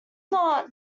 not